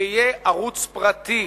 זה יהיה ערוץ פרטי,